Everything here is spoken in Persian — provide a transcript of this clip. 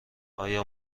آیا